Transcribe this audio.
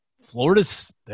Florida's –